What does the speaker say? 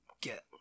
get